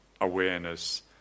awareness